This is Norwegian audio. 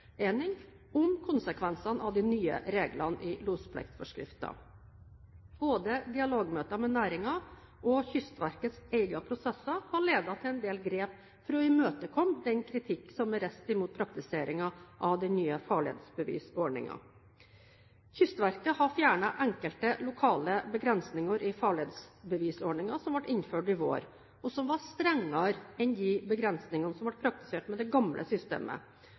om konsekvensene av de nye reglene i lospliktforskriften. Både dialogmøter med næringen og Kystverkets egne prosesser har ledet til en del grep for å imøtekomme den kritikk som er reist mot praktiseringen av den nye farledsbevisordningen. Kystverket har fjernet enkelte lokale begrensninger i farledsbevisordningen som ble innført i vår, og som var strengere enn de begrensninger som ble praktisert med det gamle systemet.